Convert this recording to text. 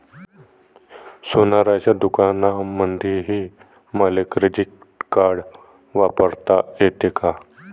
सोनाराच्या दुकानामंधीही मले क्रेडिट कार्ड वापरता येते का?